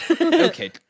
Okay